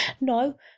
no